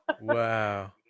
Wow